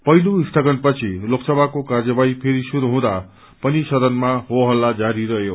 पहिलो सीगनपछि लोकसभाको कार्यवाही फेरि शुरू हुँदा पनि सदनामा हो हल्ला जारी रहयो